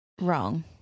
Wrong